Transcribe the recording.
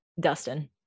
Dustin